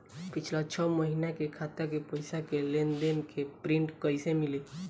पिछला छह महीना के खाता के पइसा के लेन देन के प्रींट कइसे मिली?